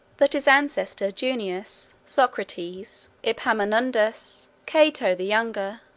that his ancestor junius, socrates, epaminondas, cato the younger,